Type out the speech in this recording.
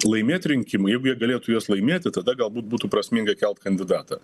laimėt rinkimų jeigu jie galėtų juos laimėti tada galbūt būtų prasminga kelt kandidatą